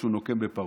כשהוא נוקם בפרעה.